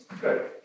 Good